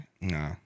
No